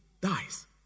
dies